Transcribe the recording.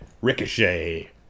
Ricochet